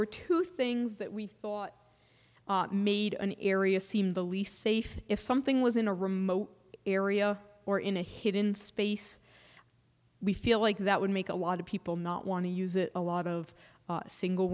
were two things that we thought made an area seem the least safe if something was in a remote area or in a hit in space we feel like that would make a lot of people not want to use it a lot of single